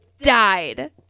died